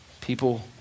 People